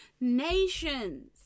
nations